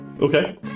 Okay